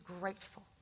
grateful